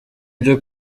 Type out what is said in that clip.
byo